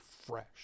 fresh